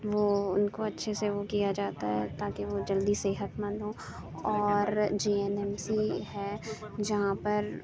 وہ ان کو اچھے سے وہ کیا جاتا ہے تاکہ وہ جلدی صحت مند ہوں اور جے این ایم سی ہے جہاں پر